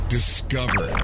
Discover